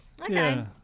Okay